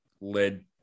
led